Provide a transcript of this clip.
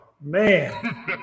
Man